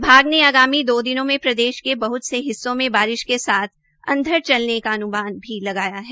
विभाग ने आगामी दो दिनों में प्रदेश के बह्त से हिस्सों में बारिश के साथ अंधड़ चलने का अन्मान भी लगाया है